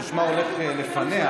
ששמה הולך לפניה,